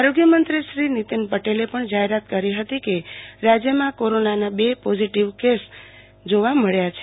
આરોગ્ય મંત્રી નિતિન પટેલે પણ જાહેરાત કરી હતી કે રાજયમાં કોરોના બે પોઝીટીવ કેસ નોંધાયા છે